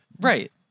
right